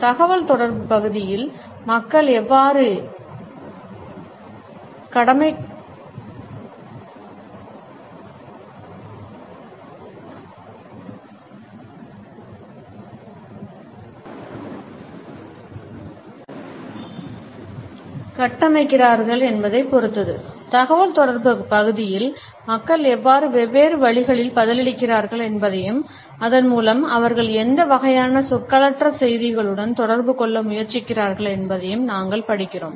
தகவல்தொடர்பு பகுதியில் மக்கள் எவ்வாறு வெவ்வேறு வழிகளில் பதிலளிக்கிறார்கள் என்பதையும் அதன் மூலம் அவர்கள் எந்த வகையான சொற்களற்ற செய்திகளுடன் தொடர்பு கொள்ள முயற்சிக்கிறார்கள் என்பதையும் நாங்கள் படிக்கிறோம்